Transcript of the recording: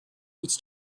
its